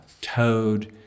toad